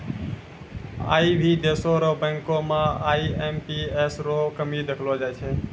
आई भी देशो र बैंको म आई.एम.पी.एस रो कमी देखलो जाय छै